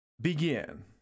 begin